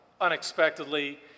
Unexpectedly